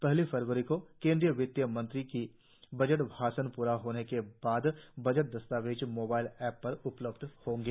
पहली फरवरी को केंद्रीय वित्त मंत्री का बजट भाषण प्रा होने के बाद बजट दस्तावेज मोबाइल ऐप पर उपलब्ध होंगे